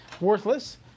worthless